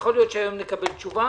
יכול להיות שהיום נקבל תשובה,